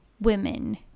women